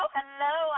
Hello